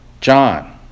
John